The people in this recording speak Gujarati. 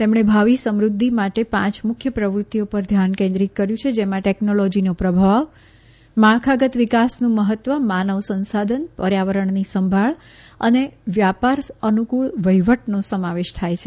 તેમણે ભાવિ સમૃદ્ધિ માટે પાંચ મુખ્ય પ્રવૃત્તિઓ પર ધ્યાન કેન્દ્રીત કર્યું છે જેમાં ટેકનોલોજીનો પ્રભાવ માળખાગત વિકાસનું મહત્વ માનવ સંશાધન પર્યાવરણની સંભાળ અને વ્યાપાર અનુકૂળ વહિવટનો સમાવેશ થાય છે